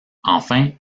enfin